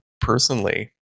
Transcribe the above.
personally